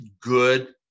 good